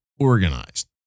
organized